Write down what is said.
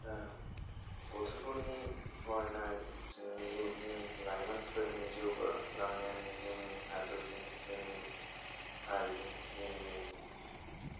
गथ'फोरनि फरायनाय जोंनि युथनि लायमोनफोरनि जौगालांनायानो जोंनि हादोरनि जोंनि हारिनि जोंनि